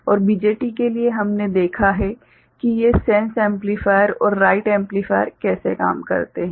और BJT के लिए हमने देखा है कि ये सेंस एम्पलीफायर और राइट एम्पलीफायर कैसे काम करते हैं